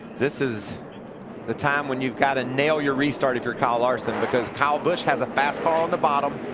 this is the time when you got to nail your restart if you're kyle larson because kyle busch has a fast car on the bottom.